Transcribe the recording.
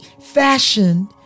fashioned